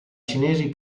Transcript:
cinesi